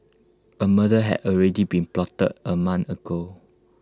A murder had already been plotted A month ago